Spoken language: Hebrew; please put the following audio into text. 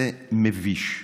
זה מביש.